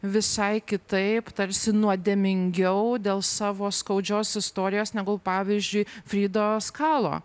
visai kitaip tarsi nuodėmingiau dėl savo skaudžios istorijos negu pavyzdžiui fridos kalo